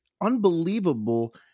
unbelievable